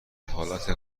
حالت